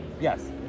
Yes